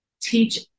teach